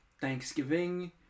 Thanksgiving